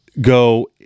go